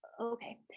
Okay